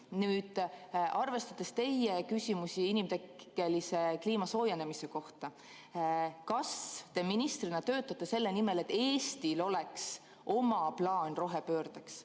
Nüüd, arvestades teie küsimusi inimtekkelise kliima soojenemise kohta, kas te ministrina töötate selle nimel, et Eestil oleks oma plaan rohepöördeks?